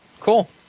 Cool